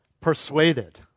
persuaded